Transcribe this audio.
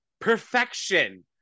perfection